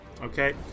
Okay